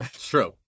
True